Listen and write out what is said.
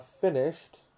finished